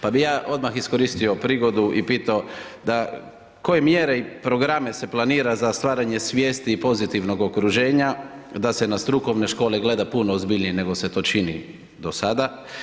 Pa bih ja odmah iskoristio prigodu i pitao da, koje mjere i programe se planira za stvaranje svijesti i pozitivnog okruženja, da se na strukovne škole gleda puno ozbiljnije nego se to čini do sada.